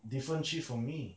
different shift for me